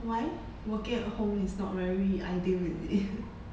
why working at home is not very ideal is it